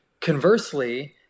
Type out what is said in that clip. Conversely